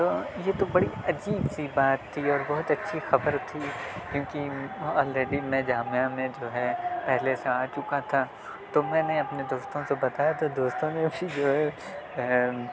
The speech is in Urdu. یہ تو بڑی عجیب سی بات تھی اور بہت اچھی خبر تھی کیونکہ آلریڈی میں جامعہ میں جو ہے پہلے سے آ چکا تھا تو میں نے اپنے دوستوں سے بتایا تو دوستوں نے پھر جو ہے